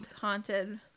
Haunted